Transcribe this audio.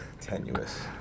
Tenuous